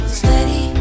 steady